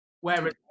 Whereas